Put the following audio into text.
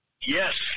Yes